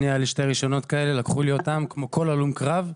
לי היו שני רישיונות כאלה ולקחו לי אותם כמו כל הלום קרב.